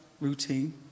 routine